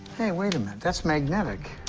hey, wait a minute. that's magnetic.